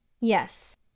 Yes